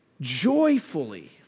joyfully